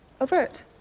overt